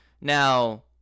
Now